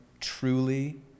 truly